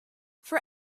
for